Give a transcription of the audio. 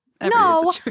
No